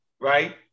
right